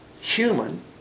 human